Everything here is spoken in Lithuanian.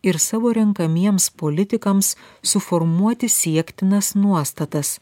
ir savo renkamiems politikams suformuoti siektinas nuostatas